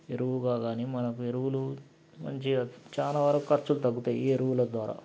ఎరువుగా కాని మనకి ఎరువులు మంచిగా చాలా వరకు ఖర్చులు తగ్గుతాయి ఈ ఎరువుల ద్వారా